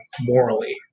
morally